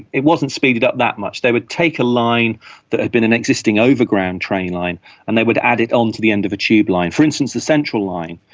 it wasn't speeded up that much. they would take a line that had been an existing overground train line and they would add it on to the end of a tube line. for instance, the central line,